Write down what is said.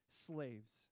slaves